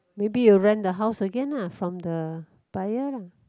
maybe you rent the house again uh from the buyer lah